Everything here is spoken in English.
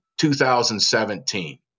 2017